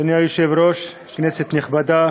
אדוני היושב-ראש, כנסת נכבדה,